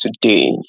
today